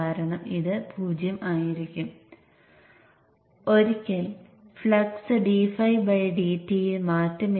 കാരണം dφdt 0